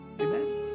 Amen